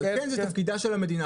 ועל כן זה תפקידה של המדינה.